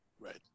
right